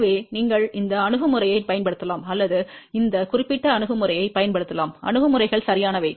எனவே நீங்கள் இந்த அணுகுமுறையைப் பயன்படுத்தலாம் அல்லது இந்த குறிப்பிட்ட அணுகுமுறையைப் பயன்படுத்தலாம் அணுகுமுறைகள் சரியானவை